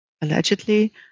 allegedly